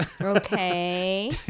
Okay